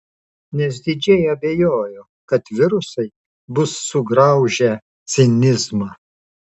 nes didžiai abejoju kad virusai bus sugraužę cinizmą